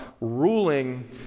ruling